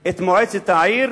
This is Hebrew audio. את מועצת העיר